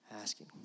asking